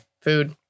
food